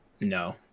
no